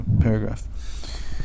paragraph